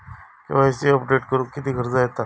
KYC update करुक किती खर्च येता?